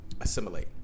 assimilate